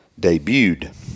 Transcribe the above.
debuted